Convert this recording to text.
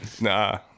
Nah